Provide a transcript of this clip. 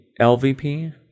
lvp